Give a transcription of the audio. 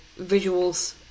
visuals